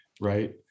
right